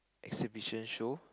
exhibition show